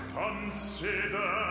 consider